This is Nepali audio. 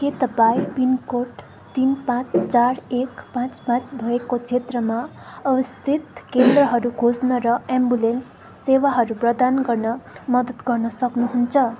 के तपाईँ पिनकोड तिन पाँच चार एक पाँच पाँच भएको क्षेत्रमा अवस्थित केन्द्रहरू खोज्न र एम्बुलेन्स सेवाहरू प्रदान गर्न मद्दत गर्न सक्नुहुन्छ